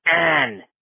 Anne